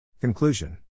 Conclusion